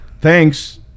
Thanks